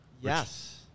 Yes